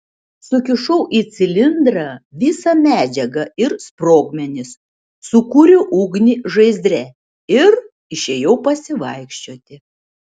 sukišau į cilindrą visą medžiagą ir sprogmenis sukūriau ugnį žaizdre ir išėjau pasivaikščioti